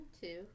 two